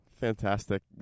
Fantastic